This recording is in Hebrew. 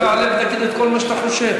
תעלה ותגיד את כל מה שאתה חושב.